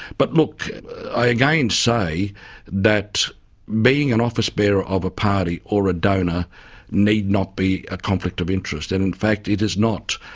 but i again say that being an office bearer of a party or a donor need not be a conflict of interest and in fact it is not.